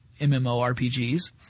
MMORPGs